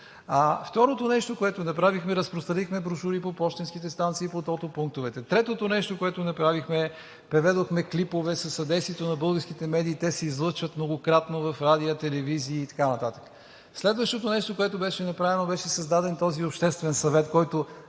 Второто нещо, което направихме, разпространихме брошури по пощенските станции, по тото пунктовете. Третото нещо, което направихме, преведохме клипове със съдействието на българските медии. Те се излъчват многократно в радиа, телевизии и така нататък. Следващото нещо, което беше направено, беше създаден този обществен съвет, който,